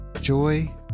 Joy